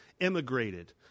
emigrated